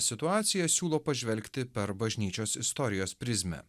situaciją siūlo pažvelgti per bažnyčios istorijos prizmę